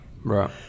right